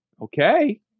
okay